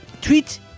tweet